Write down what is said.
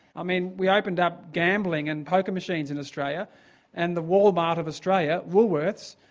i mean we opened up gambling and poker machines in australia and the wal-mart of australia, woolworths,